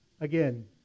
again